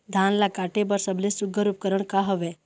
धान ला काटे बर सबले सुघ्घर उपकरण का हवए?